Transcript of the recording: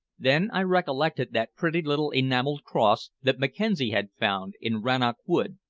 then i recollected that pretty little enameled cross that mackenzie had found in rannoch wood,